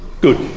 Good